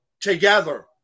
together